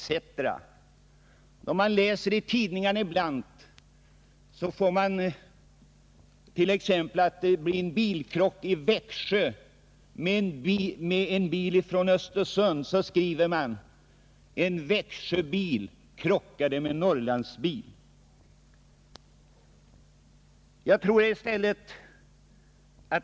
Slår man upp en tidning, kan man t.ex. om en krock mellan en bil från Växjö och en bil från Östersund få läsa att en Växjöbil krockade med en Norrlandsbil.